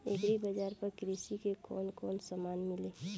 Agri बाजार पर कृषि के कवन कवन समान मिली?